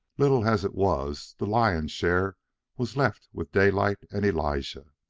little as it was, the lion's share was left with daylight and elijah.